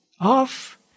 off